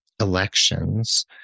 elections